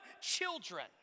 children